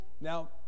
Now